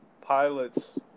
pilots